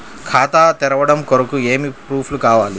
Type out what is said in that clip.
ఖాతా తెరవడం కొరకు ఏమి ప్రూఫ్లు కావాలి?